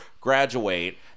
graduate